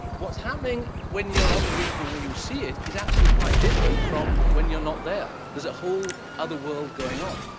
what's happening when you're on the reef and the wayyou see it it's actually quite different from when you're not there, there's a whole other world going on.